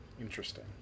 Interesting